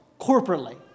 corporately